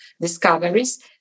discoveries